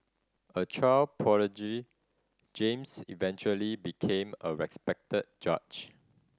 a child prodigy James eventually became a respected judge